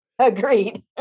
Agreed